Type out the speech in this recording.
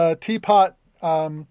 teapot